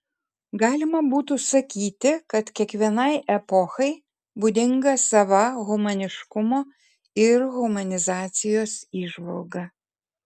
galima būtų sakyti kad kiekvienai epochai būdinga sava humaniškumo ir humanizacijos įžvalga